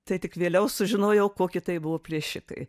tai tik vėliau sužinojau kokie tai buvo plėšikai